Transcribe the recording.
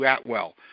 Atwell